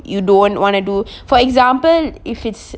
you don't want wanna do for example it's